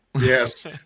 Yes